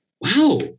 wow